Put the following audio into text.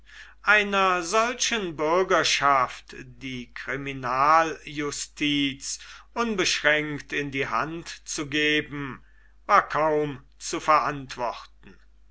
einer solchen bürgerschaft die kriminaljustiz unbeschränkt in die hand zu geben war kaum zu verantworten